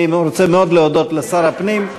אני רוצה מאוד להודות לשר הפנים.